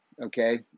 okay